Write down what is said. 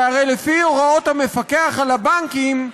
שהרי לפי הוראות המפקח על הבנקים,